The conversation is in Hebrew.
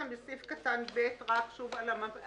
בסעיף קטן (ב) מדברים שוב על המנפיק,